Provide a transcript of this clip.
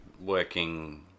working